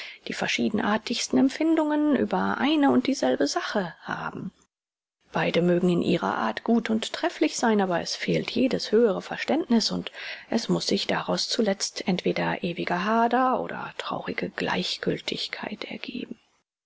die verschiedenartigsten empfindungen über eine und dieselbe sache haben beide mögen in ihrer art gut und trefflich sein aber es fehlt jedes höhere verständniß und es muß sich daraus zuletzt entweder ewiger hader oder traurige gleichgültigkeit ergeben